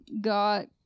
got